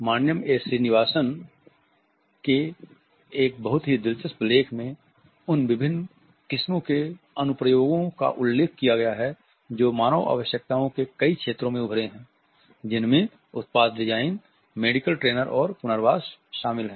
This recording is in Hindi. Mandayam A Srinivasan Mandayam A Srinivasan के एक बहुत ही दिलचस्प लेख में उन विभिन्न किस्मों के अनु प्रयोगों का उल्लेख किया गया है जो मानव आवश्यकताओं के कई क्षेत्रों में उभरे हैं जिनमें उत्पाद डिज़ाइन मेडिकल ट्रेनर और पुनर्वास शामिल हैं